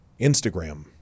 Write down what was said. Instagram